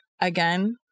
Again